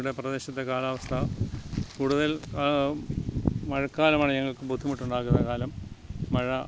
ഇവിടെ പ്രദേശത്തെ കാലാവസ്ഥ കൂടുതൽ മഴക്കാലമാണ് ഞങ്ങൾക്ക് ബുദ്ധിമുട്ടുണ്ടാക്കുന്ന കാലം മഴ